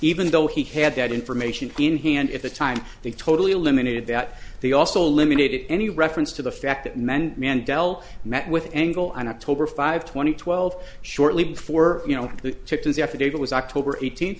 even though he had that information in hand if the time they totally eliminated that they also limited any reference to the fact that many man dell met with angle on october five twenty twelve shortly before you know the affidavit was october eighteenth